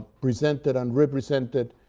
presented, and represented,